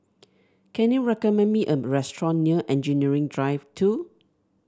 can you recommend me a restaurant near Engineering Drive Two